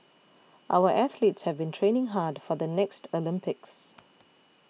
our athletes have been training hard for the next Olympics